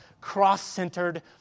cross-centered